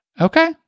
Okay